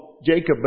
Jacob